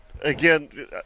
again